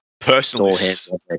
personally